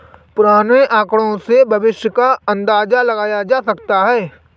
पुराने आकड़ों से भविष्य का अंदाजा लगाया जा सकता है